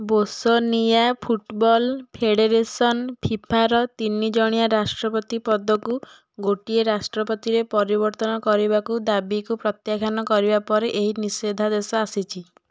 Bosnia football federation ଫିଫାର ତିନି ଜଣିଆ ରାଷ୍ଟ୍ରପତି ପଦକୁ ଗୋଟିଏ ରାଷ୍ଟ୍ରପତିରେ ପରିବର୍ତ୍ତନ କରିବାକୁ ଦାବିକୁ ପ୍ରତ୍ୟାଖ୍ୟାନ କରିବା ପରେ ଏହି ନିଷେଧାଦେଶ ଆସିଛି